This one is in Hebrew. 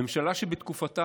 ממשלה שבתקופתה,